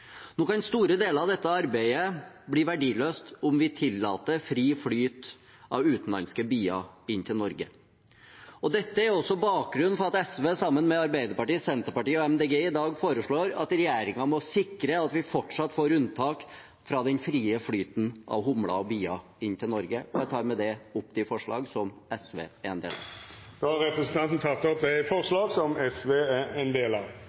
Nå kan store deler av dette arbeidet bli verdiløst, om vi tillater fri flyt av utenlandske bier inn til Norge. Dette er også bakgrunnen for at SV, sammen med Arbeiderpartiet, Senterpartiet og Miljøpartiet De Grønne, i dag foreslår at regjeringen må sikre at vi fortsatt får unntak fra den frie flyten av humler og bier inn til Norge. Jeg tar med det opp forslagene fra SV og MDG. Representanten Lars Haltbrekken har teke opp dei forslaga han refererte til. Jeg tillot meg å ta med meg en